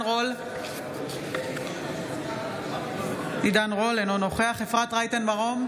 עידן רול, אינו נוכח אפרת רייטן מרום,